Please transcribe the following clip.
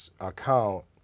account